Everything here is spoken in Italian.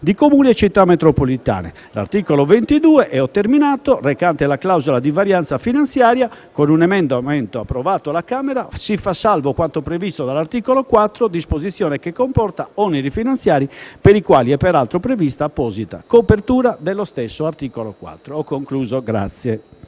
di Comuni e città metropolitane. All'articolo 22, recante la clausola di invarianza finanziaria, con un emendamento approvato alla Camera si fa salvo quanto previsto dall'articolo 4, disposizione che comporta oneri finanziari per i quali è peraltro prevista apposita copertura dallo stesso articolo 4.